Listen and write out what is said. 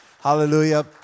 hallelujah